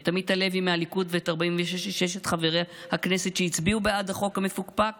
את עמית הלוי מהליכוד ואת 46 חברי הכנסת שהצביעו בעד החוק המפוקפק